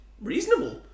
reasonable